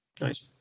Nice